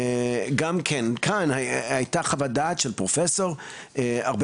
גם בעניין הזה כאן הייתה חוות דעת של פרופסור והיא הייתה הרבה